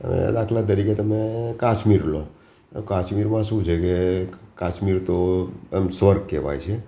અ દાખલા તરીકે તમે કાશ્મીર લો તો કાશ્મીરમાં શું છે કે કાશ્મીર તો આમ સ્વર્ગ કહેવાય છે